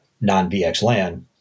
non-VXLAN